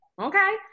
Okay